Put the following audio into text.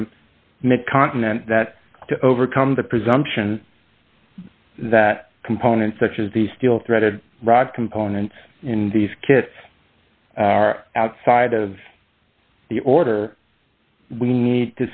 from mid continent that to overcome the presumption that components such as these still threaded rod components in these kits are outside of the order we need